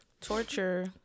torture